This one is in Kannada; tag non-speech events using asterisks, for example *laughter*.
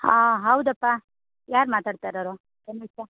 ಹಾಂ ಹೌದಪ್ಪ ಯಾರು ಮಾತಾಡ್ತಾ ಇರೋವ್ರು *unintelligible*